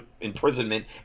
imprisonment